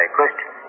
question